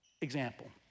example